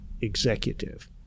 executive